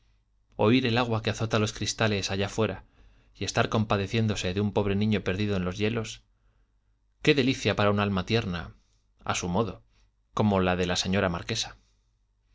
oír el agua que azota los cristales allá fuera y estar compadeciéndose de un pobre niño perdido en los hielos qué delicia para un alma tierna a su modo como la de la señora marquesa